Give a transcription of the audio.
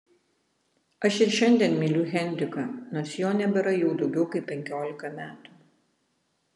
aš ir šiandien myliu henriką nors jo nebėra jau daugiau kaip penkiolika metų